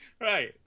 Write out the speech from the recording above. Right